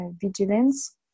vigilance